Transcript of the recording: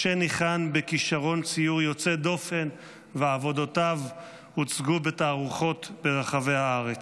משה ניחן בכישרון ציור יוצא דופן ועבודותיו הוצגו בתערוכות ברחבי הארץ.